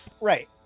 Right